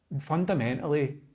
Fundamentally